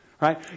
right